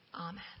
amen